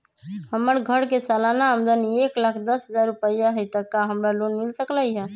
हमर घर के सालाना आमदनी एक लाख दस हजार रुपैया हाई त का हमरा लोन मिल सकलई ह?